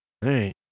hey